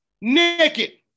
Naked